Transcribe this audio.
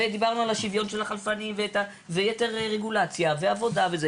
ודיברנו על השוויון של החלפנים ויתר רגולציה ועבודה וכולי,